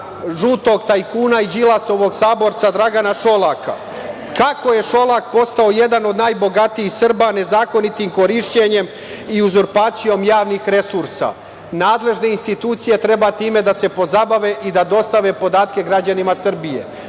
žutog tajkuna i Đilasovog saborca Dragana Šolaka, kako je Šolak postao jedan od najbogatijih Srba nezakonitim korišćenjem i uzurpacijom javnih resursa? Nadležne institucije treba time da se pozabave i da dostave podatke građanima Srbije,